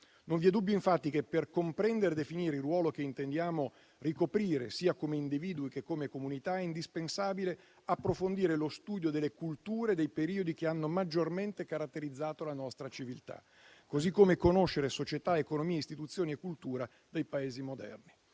Non vi è dubbio infatti che, per comprendere e definire il ruolo che intendiamo ricoprire, sia come individui, sia come comunità, sia indispensabile approfondire lo studio delle culture dei periodi che hanno maggiormente caratterizzato la nostra civiltà, come pure conoscere società, economie, istituzioni e cultura dei Paesi moderni.